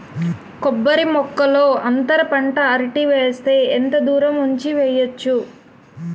కొబ్బరి మొక్కల్లో అంతర పంట అరటి వేస్తే ఎంత దూరం ఉంచి వెయ్యొచ్చు?